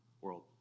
world